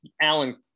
Alan